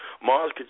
Mars